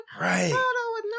Right